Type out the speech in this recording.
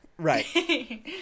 Right